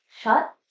Shut